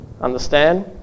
Understand